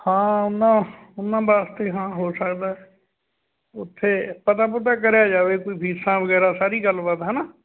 ਹਾਂ ਉਨ੍ਹਾਂ ਉਨ੍ਹਾਂ ਵਾਸਤੇ ਹਾਂ ਹੋ ਸਕਦਾ ਉੱਥੇ ਪਤਾ ਪੁਤਾ ਕਰਿਆ ਜਾਵੇ ਵੀ ਫੀਸਾਂ ਵਗੈਰਾ ਸਾਰੀ ਗੱਲਬਾਤ ਹੈ ਨਾ